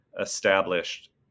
established